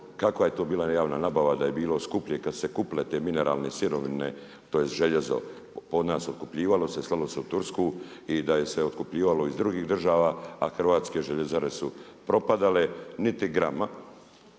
Kakva je to bila javna nabava da je bilo skuplje kad su se kupile te mineralne sirovine, tj. željezo od nas otkupljivalo se, slalo se u Tursku i da je se otkupljivalo iz drugih država, a hrvatske željezare su propadale, niti grama,